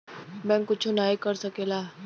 bank कुच्छो नाही कर सकेला